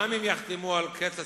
גם אם יחתמו על קץ הסכסוך,